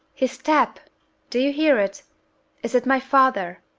his step do you hear it is it my father?